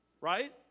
right